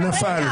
נפל.